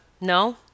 no